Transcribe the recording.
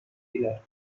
miller